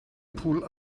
pool